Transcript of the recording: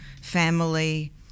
family